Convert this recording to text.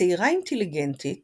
צעירה אינטליגנטית